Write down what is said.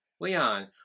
Leon